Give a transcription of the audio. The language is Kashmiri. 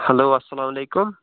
ہیٚلو السَلام علیکُم